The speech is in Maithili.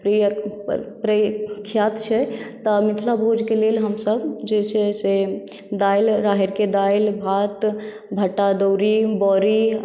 प्रख्यात छै तऽ मिथिला भोजके लेल हमसभ जे छै से दालि राहड़िके दालि भात भाटा अदौड़ी बड़ी